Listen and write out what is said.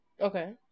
Okay